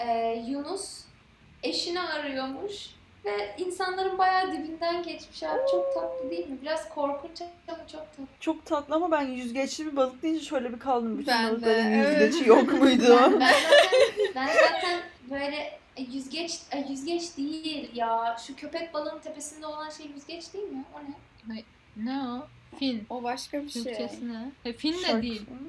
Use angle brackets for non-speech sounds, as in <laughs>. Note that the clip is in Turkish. Ee, yunus eşini arıyormuş ve insanların bayağı dibinden geçmiş abi. Çok tatlı değil mi? Biraz korkunç ama çok tatlı. Çok tatlı ama ben yüzgeçli bir balık deyince şöyle bir kaldım. Bütün Ben balıkların de. yüzgeci Evet. <laughs> yok muydu? Ben- ben zaten- ben zaten böyle, e, yüzgeç- e, yüzgeç değil ya. Şu köpek balığın tepesinde olan şey yüzgeç değil mi? O ne? Ay, ne o? Fin. O başka bir Türkçesi şey. ne? E, fin de Şark mı? değil.